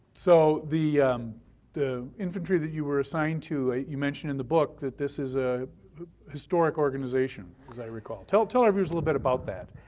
so the the infantry that you were assigned to, you you mentioned in the book that this is a historic organization as i recall, tell tell our viewers a little bit about that.